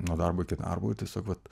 nuo darbo iki darbo tiesiog vat